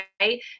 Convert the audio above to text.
right